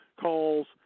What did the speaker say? calls